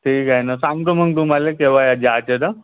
ठीक आहे ना सांगतो मग तुम्हाला केव्हा जायचं तर